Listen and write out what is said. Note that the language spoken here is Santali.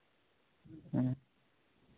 ᱦᱮᱸ